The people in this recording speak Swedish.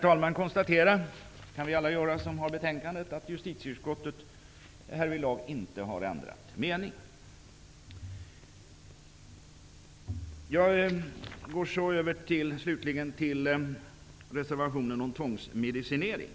Jag kan konstatera -- och det kan alla göra som har tillgång till betänkandet -- att justitieutskottet härvidlag inte har ändrat mening. Jag vill sedan övergå till reservationen om tvångsmedicinering.